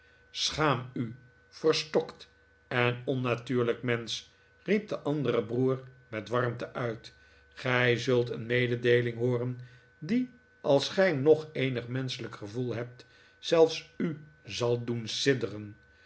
schaam u verstokt en onnatuurlijk mensch riep de andere broer met warmte uit gij zult een mededeeling hooren die als gij nog eenig menschelijk gevoel hebt zelfs u zal doen